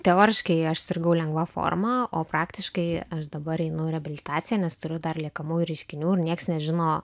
teoriškai aš sirgau lengva forma o praktiškai aš dabar einu reabilitaciją nes turiu dar liekamųjų reiškinių ir nieks nežino